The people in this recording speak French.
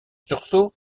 sursaut